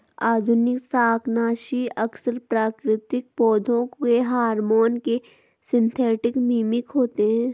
आधुनिक शाकनाशी अक्सर प्राकृतिक पौधों के हार्मोन के सिंथेटिक मिमिक होते हैं